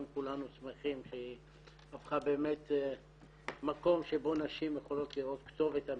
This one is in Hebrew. כולנו שמחים שהיא הפכה למקום שבו נשים יכולות לראות כתובת אמיתית.